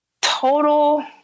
Total